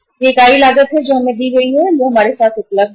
यह इकाई लागत है जो हमें दी गई है या जो हमारे साथ उपलब्ध है